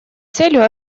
целью